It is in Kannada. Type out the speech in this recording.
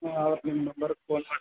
ಹಾಂ ಆವತ್ತು ನಿಮ್ಮ ನಂಬರ್ಗೆ ಫೋನ್ ಮಾಡ್ತಾರೆ